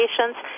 patients